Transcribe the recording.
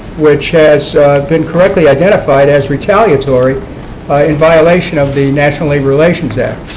which has been correctly identified as retaliatory in violation of the national labor relations act.